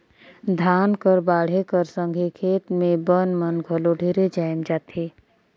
धान कर बाढ़े कर संघे खेत मे बन मन घलो ढेरे जाएम जाथे